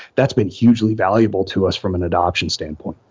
that's been hugely valuable to us from an adoption standpoint,